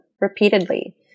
repeatedly